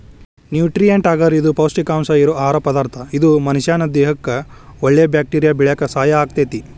nutrient ಅಗರ್ ಇದು ಪೌಷ್ಟಿಕಾಂಶ ಇರೋ ಆಹಾರ ಪದಾರ್ಥ ಇದು ಮನಷ್ಯಾನ ದೇಹಕ್ಕಒಳ್ಳೆ ಬ್ಯಾಕ್ಟೇರಿಯಾ ಬೆಳ್ಯಾಕ ಸಹಾಯ ಆಗ್ತೇತಿ